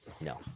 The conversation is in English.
No